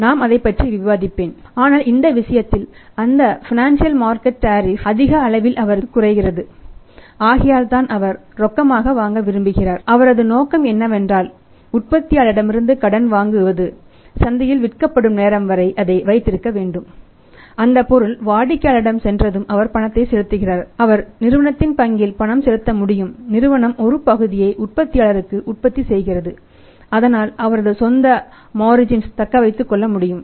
நான் அதைப் பற்றி விவாதிப்பேன் ஆனால் இந்த விஷயத்தில் அந்த பைனான்சியல் மார்க்கெட் டேரீப் தக்க வைத்துக் கொள்ள முடியும்